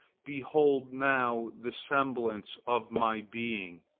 behold now the semblance of my being,